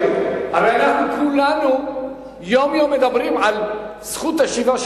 הרי כולנו יום-יום מדברים על זכות השיבה,